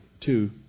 two